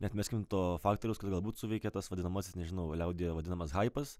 neatmeskim to faktoriaus kad galbūt suveikė tas vadinamasis nežinau liaudyje vadinamas haipas